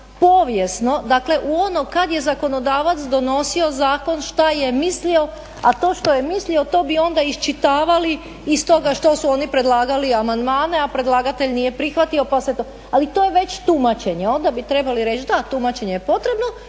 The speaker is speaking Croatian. povijesno dakle u ono kad je zakonodavac donosio zakon što je mislio, a to što je mislio to bi onda iščitavali iz toga što su oni predlagali amandmane, a predlagatelj nije prihvatio pa se to. Ali to je već tumačenje, onda bi trebali reći da tumačenje je potrebno,